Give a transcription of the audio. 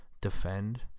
defend